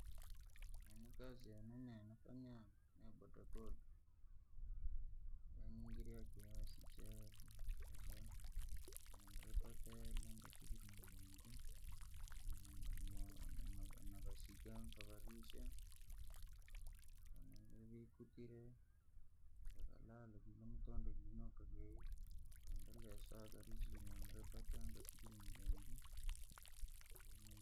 Nini kazi yenefanyaa ni bodaboda. Naingiria kiosi cha kadhaa, venenripate hela nikasija mulungu, nava navasiganga nikavarisha, ko viikutire, vakalala yili mutondo yinoka jei, ukaendelea saka riziki yeneripata ni kushukuru mulungu.